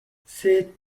cet